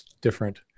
different